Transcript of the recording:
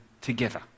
together